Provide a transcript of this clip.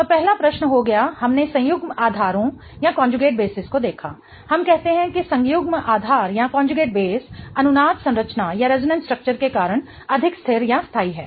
तो पहला प्रश्न हो गया हमने संयुग्मित आधारों को देखा हम कहते हैं कि संयुग्मन आधार अनुनाद संरचना के कारण अधिक स्थिर स्थाई है